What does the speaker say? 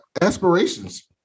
aspirations